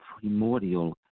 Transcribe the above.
primordial